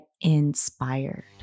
inspired